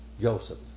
Joseph